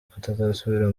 kutazasubira